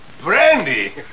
Brandy